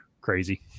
crazy